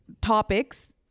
topics